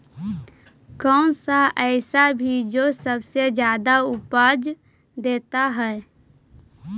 कौन सा ऐसा भी जो सबसे ज्यादा उपज देता है?